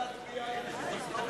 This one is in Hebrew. אפשר להצביע על תקדים היסטורי?